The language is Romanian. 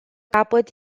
capăt